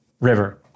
River